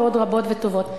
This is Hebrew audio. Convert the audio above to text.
ועוד רבות וטובות.